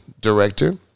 director